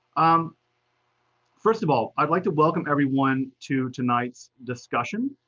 um first of all, i'd like to welcome everyone to tonight's discussion,